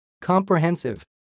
comprehensive